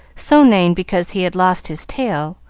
so named because he had lost his tail,